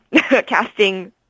casting